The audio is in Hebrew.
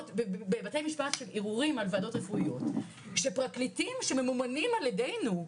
בבתי משפט של ערעורים על ועדות רפואיות שפרקליטים שממומנים על ידינו,